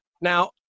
Now